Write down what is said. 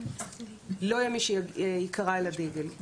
לא יהיה מי שייקרא אל הדגל.